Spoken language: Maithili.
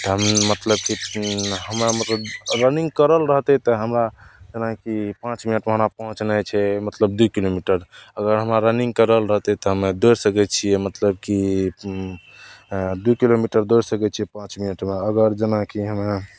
तऽ हम मतलब की हमरा मतलब रनिंग करल रहतय तऽ हमरा जेनाकि पाँच मिनटमे हमरा पहुँचनाइ छै मतलब दुइ किलोमीटर अगर हमरा रनिंग करल रहतय तऽ हम्मे दोड़ि सकय छियै मतलब की दू किलोमीटर दौड़ सकय छियै पाँच मिनटमे अगर जेनाकि हम ने